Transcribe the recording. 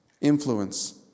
influence